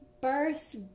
birth